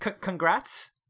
congrats